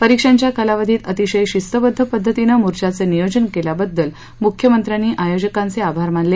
परिक्षांच्या कालावधीत अतिशय शिस्तबद्ध पद्धतीने मोर्चाच नियोजन केल्याबद्दल मुख्यमंत्र्यांनी आयोजकांचे आभार मानले